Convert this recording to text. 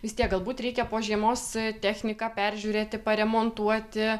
vis tiek galbūt reikia po žiemos techniką peržiūrėti paremontuoti